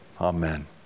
amen